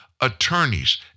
attorneys